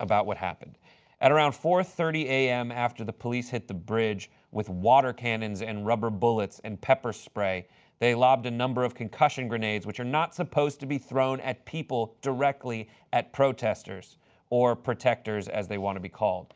about what happened at around four thirty am after the police hit the bridge with water cannons and rubber bullets and pepper spray they lobbed a number of concussion grenades which are not supposed to be thrown at people directly at protesters or protectors as they want to be called.